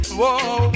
whoa